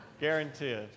guaranteed